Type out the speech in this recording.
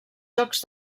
jocs